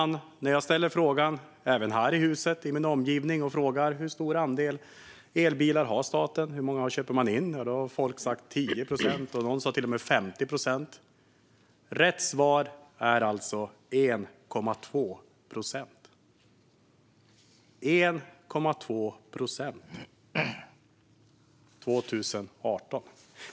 När jag i min omgivning här i huset ställer frågan hur stor andel elbilar staten har svarar folk 10 procent, och någon sa till och med 50 procent. Rätt svar är 1,2 procent år 2018!